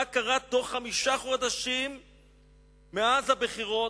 מה קרה תוך חמישה חודשים מאז הבחירות,